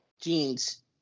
Jeans